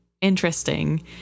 interesting